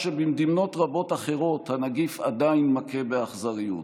שבמדינות רבות אחרות הנגיף עדיין מכה באכזריות.